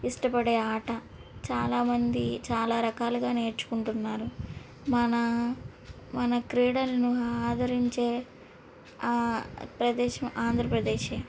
ఇష్టపడే ఆట చాలా మంది చాలా రకాలుగా నేర్చుకుంటున్నారు మన మన క్రీడలను ఆదరించే ఆ ప్రదేశం ఆంధ్రప్రదేశే